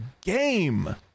game